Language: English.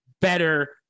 better